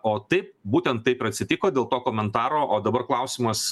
o taip būtent taip ir atsitiko dėl to komentaro o dabar klausimas